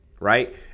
Right